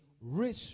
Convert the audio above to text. rich